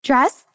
Dress